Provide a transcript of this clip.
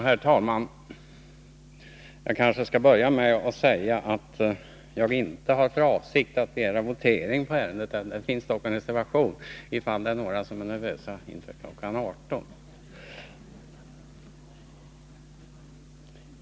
Herr talman! Jag skall kanske börja med att säga att jag inte har för avsikt att begära votering — det finns dock en reservation — ifall det är några som är nervösa med tanke på middagsuppehållet kl. 18.